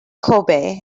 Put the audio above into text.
kobe